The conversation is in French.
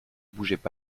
bougeaient